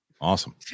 Awesome